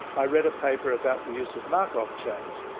i read a paper about the use of markov chains,